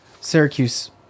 Syracuse